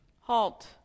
Halt